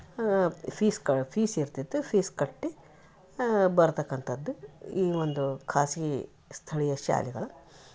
ಆ ಫೀಸ್ ಕ ಫೀಸ್ ಇರ್ತಿತ್ತು ಫೀಸ್ ಕಟ್ಟಿ ಬರ್ತಕ್ಕಂಥದ್ದು ಈ ಒಂದು ಖಾಸಗಿ ಸ್ಥಳೀಯ ಶಾಲೆಗಳು